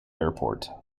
airport